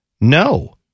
No